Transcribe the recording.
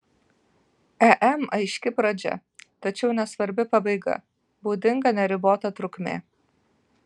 em aiški pradžia tačiau nesvarbi pabaiga būdinga neribota trukmė